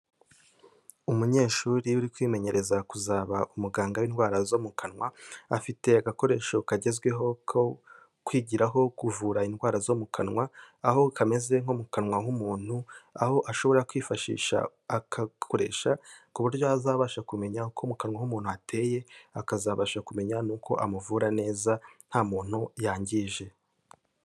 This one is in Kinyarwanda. Umunyeshuri uri kwimenyereza kuzaba umuganga w'indwara zo mu kanwa, afite agakoresho kagezweho ko kwigiraho kuvura indwara zo mu kanwa, aho kameze nko mu kanwa nk'umuntu, aho ashobora kwifashisha agakoresha ku buryo azabasha kumenya uko mu kanwa h'umuntu hateye, akazabasha kumenya n'uko amuvura neza, nta muntu yangije.